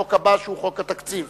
בחוק הבא, שהוא חוק התקציב.